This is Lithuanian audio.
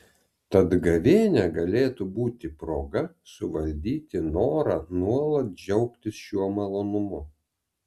tad gavėnia galėtų būti proga suvaldyti norą nuolat džiaugtis šiuo malonumu